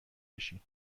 بشین